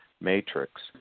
matrix